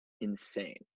insane